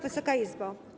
Wysoka Izbo!